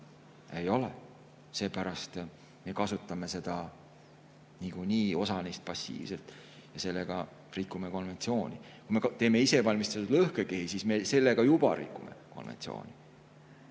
Ei ole, seepärast me kasutame niikuinii osa neist passiivselt, ja sellega rikume konventsiooni. Kui me teeme isevalmistatud lõhkekehi, siis me sellega juba rikume konventsiooni.